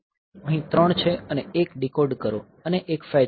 અહીં ત્રણ છે અને એક ડીકોડ કરો અને એક ફેચ કરો